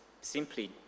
simply